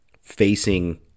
facing